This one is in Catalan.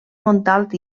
montalt